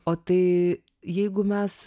o tai jeigu mes